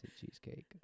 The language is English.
cheesecake